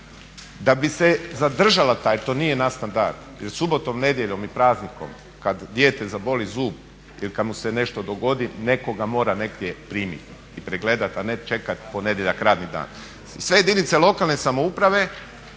Da bi se zadržala ta, jer to nije nadstandard jer subotom, nedjeljom i praznikom kada dijete zaboli zub ili kada mu se nešto dogodi netko ga mora negdje primiti i pregledati a ne čekati ponedjeljak radni dan. I sve jedinice lokalne samouprave